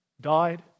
died